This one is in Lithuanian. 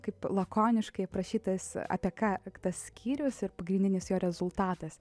kaip lakoniškai aprašytas apie ką tas skyrius ir pagrindinis jo rezultatas